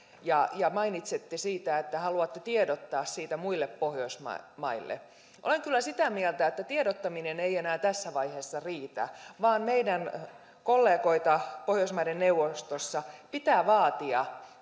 ja ja mainitsitte siitä että haluatte tiedottaa siitä muille pohjoismaille olen kyllä sitä mieltä että tiedottaminen ei enää tässä vaiheessa riitä vaan meidän kollegoita pohjoismaiden neuvostossa pitää vaatia